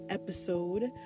episode